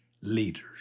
leaders